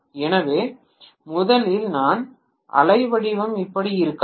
எனவே முதலில் என் அலை வடிவம் இப்படி இருக்கலாம்